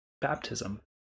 baptism